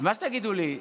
מה שתגידו לי.